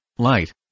light